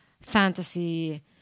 fantasy